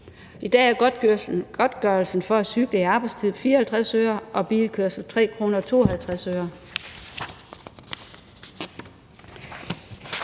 I dag er godtgørelsen for at cykle i arbejdstiden 54 øre, og for bilkørsel er det